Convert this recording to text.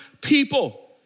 people